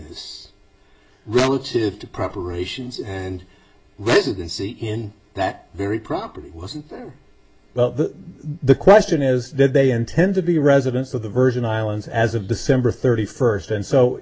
ness relative to preparations and residency in that very property wasn't well the question is did they intend to be residents of the virgin islands as of december thirty first and so